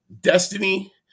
destiny